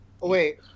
wait